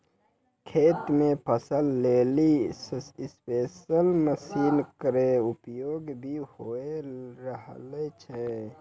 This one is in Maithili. खेत म फसल लेलि स्पेरे मसीन केरो उपयोग भी होय रहलो छै